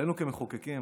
עלינו כמחוקקים